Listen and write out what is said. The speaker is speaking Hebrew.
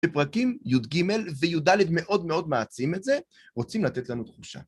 בפרקים י"ג וי"ד מאוד מאוד מעצים את זה, רוצים לתת לנו תחושה.